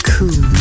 Cool